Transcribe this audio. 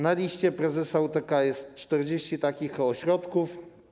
Na liście prezesa UTK jest 40 takich ośrodków.